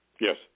Yes